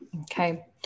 Okay